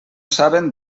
saben